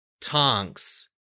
Tonks